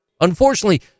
Unfortunately